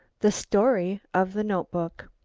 the story of the notebook